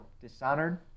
Dishonored